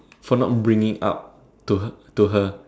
for not bringing it up to to her